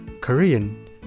Korean